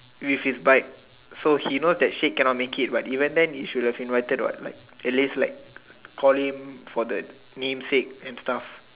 with his bike so he know that Sheikh cannot make it but even then he should have invited what like at least like call him for the name sake and stuff